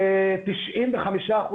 ב-95%,